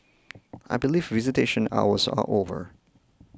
I believe visitation hours are over